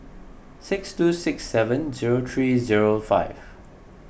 six two six seven zero three zero five